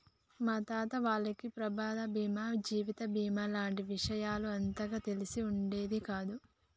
మా తాత వాళ్లకి ప్రమాద బీమా జీవిత బీమా లాంటి విషయాలు అంతగా తెలిసి ఉండేది కాదు